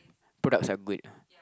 products are good